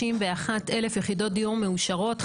יש 261,000 יחידות דיור מאושרות,